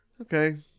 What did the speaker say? Okay